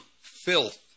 filth